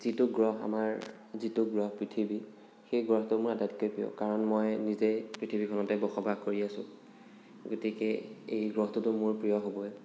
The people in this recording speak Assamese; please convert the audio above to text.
যিটো গ্ৰহ আমাৰ যিটো গ্ৰহ পৃথিৱী সেই গ্ৰহটো মোৰ আটাইতকৈ প্ৰিয় কাৰণ মই নিজেই পৃথিৱীখনতে বসবাস কৰি আছো গতিকে এই গ্ৰহটোতো মোৰ প্ৰিয় হ'বই